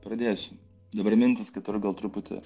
pradėsiu dabar mintys kitur gal truputį